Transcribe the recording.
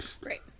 Right